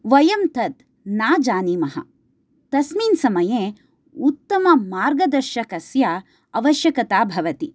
वयं तत् न जानीमः तस्मिन्समये उत्तममार्गदर्शकस्य आवश्यकता भवति